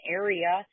area